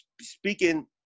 speaking